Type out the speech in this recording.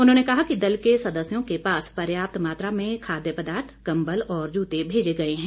उन्होंने कहा कि दल के सदस्यों के पास पर्याप्त मात्रा में खाद्य पदार्थ कम्बल और जूते भेजे गए हैं